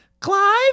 Clive